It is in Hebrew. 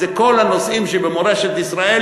זה כל הנושאים שבמורשת ישראל.